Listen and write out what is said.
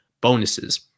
bonuses